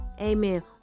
Amen